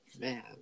Man